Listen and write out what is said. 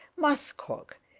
muskhog,